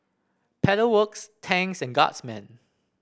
Pedal Works Tangs and Guardsman